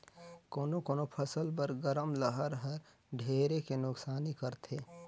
कोनो कोनो फसल बर गरम लहर हर ढेरे के नुकसानी करथे